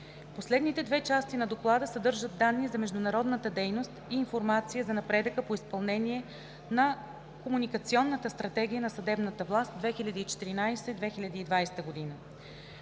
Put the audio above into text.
Последните две части на Доклада съдържат данни за международната дейност и информация за напредъка по изпълнение на Комуникационната стратегия на съдебната власт 2014 – 2020 г.